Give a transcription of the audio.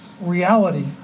reality